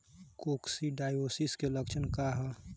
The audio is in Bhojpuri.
कोक्सीडायोसिस के लक्षण का ह?